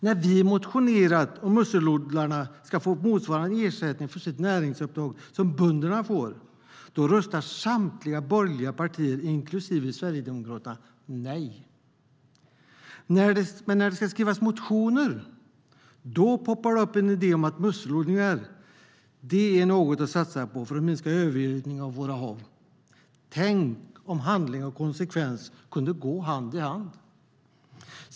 När vi motionerat om att musselodlarna ska få motsvarande ersättning för sitt näringsupptag som bönderna får, då röstar samtliga borgerliga partier, inklusive Sverigedemokraterna, nej. Men när det ska skrivas motioner poppar det upp en idé om att musselodlingar är något att satsa på för att minska övergödningen av våra hav. Tänk om handling och konsekvens kunde gå hand i hand!